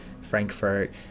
Frankfurt